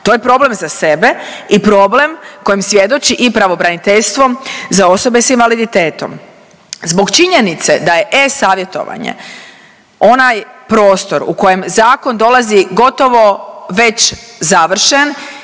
To je problem za sebe i problem kojem svjedoči i pravobraniteljstvo za osobe s invaliditetom. Zbog činjenice da je e-Savjetovanje onaj prostor u kojem zakon dolazi gotovo već završen